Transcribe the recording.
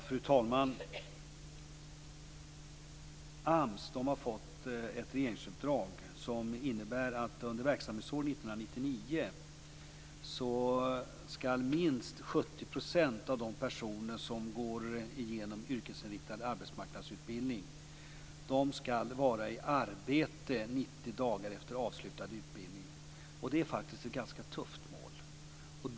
Fru talman! AMS har fått ett regeringsuppdrag som innebär att minst 70 % av de personer som går igenom yrkesinriktad arbetsmarknadsutbildning skall vara i arbete 90 dagar efter avslutad utbildning under verksamhetsåret 1999. Det är faktiskt ett ganska tufft mål.